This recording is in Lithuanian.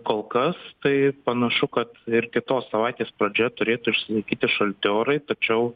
kol kas tai panašu kad ir kitos savaitės pradžioje turėtų išsilaikyti šalti orai tačiau